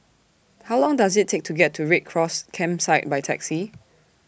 How Long Does IT Take to get to Red Cross Campsite By Taxi